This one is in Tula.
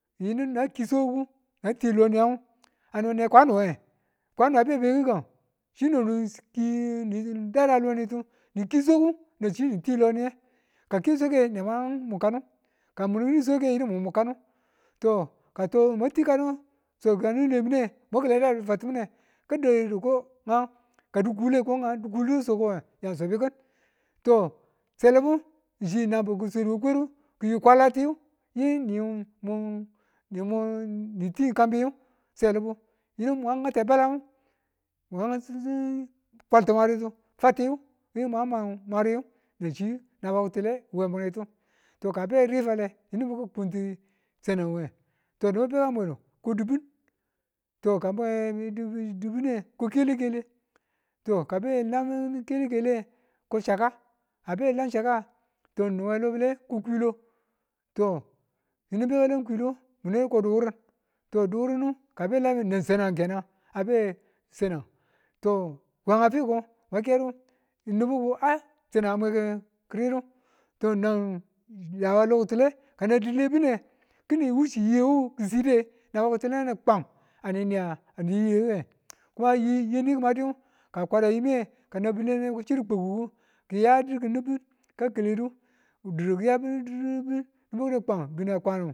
Yinu na ki swagi̱gung na twi loniyan ngu a no kwano we kwano abebe gi̱gang chi nonu nida da loniyetu ni kii swegi̱gung ni twi loniye kanke swagung nge ne mwa mu kanu. Ka ki̱nin swaguang kano mu mukano to, ka to a mwa twi kanu swagɪgu a ne lwemune mwaki̱lada di fatimune ka dadu ko nga ka dukole ko nga di kule so ko ngan dikul dibu ya subi kin, to salibu ng chi nanbibu ki swedu we kweru kiyu kwalati yiu nitin kwabiyu selibu yunu ma nga̱te banan mwa kwaltu mwaritu na chi naba ki̱tule we fatiyu. Yiyu ma mun mwaniyu nan shi naba kitule wemuretu. To ka a be a ri fane, yinu nibu ki̱ kuntu sanangu we yinu nibu ka mwedu ko di̱bin ka mwekini di̱dinde ko kelekele to ka mwe a lan kelekele nge ko chaka kabe can chaka to nin we lo bi̱le ko kwilo to yini beka lan kwito yinu mwa mwedu ko mwene ko di̱wurin to duwurindu kabe lame nang sanan ngu a be sanang to we nga fiko mwatodu mweked ko nibu ka a sanangu a mwe ki̱ridu tonan dawa lo ki̱tule kanan wuwule bine ki̱ni wuchiyengu chiside we lo ki̱tule ki̱ni kwang a ne niya ne yiyewe yeni nibu ki madu ka kwara yimiye kanan bi̱le ki̱ chir chib nibe ki siru kukkuku ki̱ya dikindun ka ki̱ledu didu kiya di̱du bi̱ne kwan du